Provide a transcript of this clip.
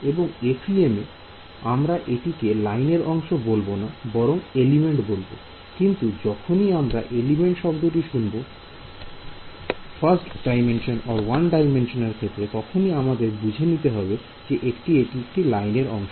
এবং FEM এ আমরা এটিকে লাইনের অংশ বলবো না বরং এলিমেন্ট বলবো কিন্তু যখনই তোমরা এলিমেন্ট শব্দটি শুনবে 1D র ক্ষেত্রে তখনই তোমাদের বুঝে নিতে হবে যে এটি একটি লাইনের অংশ